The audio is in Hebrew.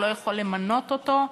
הוא לא יכול למנות אותו.